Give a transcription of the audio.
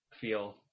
feel